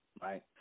right